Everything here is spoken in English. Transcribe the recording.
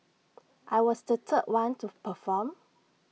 I was the third one to perform